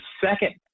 second